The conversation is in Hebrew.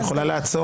את יכולה לעצור?